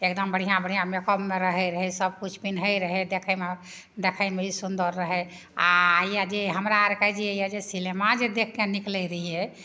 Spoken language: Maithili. एगदम बढ़िआँ बढ़िआँ मेकअपमे रहै रहै सबकिछु पिन्है रहै देखैमे देखैमे ई सुन्दर रहै आओर यऽ जे हमरा आओरके जे यऽ जे सिनेमा जे देखिके निकलै रहिए